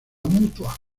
mutua